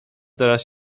teraz